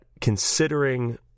considering